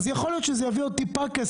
אז יכול להיות שזה יביא עוד טיפה כסף,